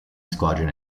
squadron